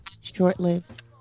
short-lived